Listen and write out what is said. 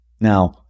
Now